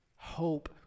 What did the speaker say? hope